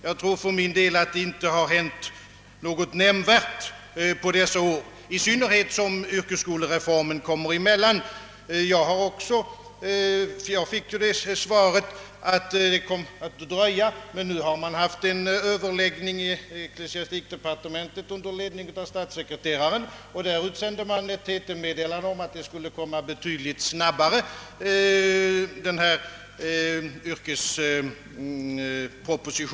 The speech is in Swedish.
Jag tror för min del, att det inte kommer att hända någonting nämnvärt på dessa två år, i synnerhet som yrkesskolereformen kommer emellan. I ett frågesvar fick jag tidigare veta, att propositionen om den nya yrkesskolan skulle komma att dröja. Men nu har man haft en överläggning i ecklesiastikdepartementet under ledning av statssekreteraren, och efter denna överläggning utsände man ett TT-meddelande komma betydligt snabbare än man tidigare beräknat.